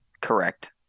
Correct